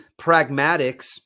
pragmatics